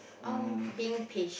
um